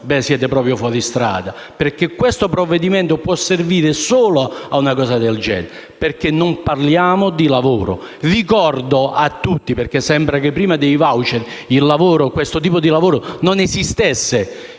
siete proprio fuori strada perché il provvedimento può servire solo a una cosa del genere perché non parliamo di lavoro. Ricordo a tutti, poiché sembra che prima dei *voucher* questo tipo di lavoro non esistesse,